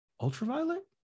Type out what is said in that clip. Ultraviolet